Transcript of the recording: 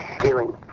feeling